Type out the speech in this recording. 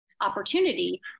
opportunity